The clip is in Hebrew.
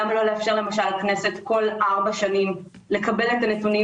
למה לא לאפשר למשל לכנסת כל ארבע שנים לקבל את הנתונים